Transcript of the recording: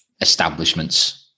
establishments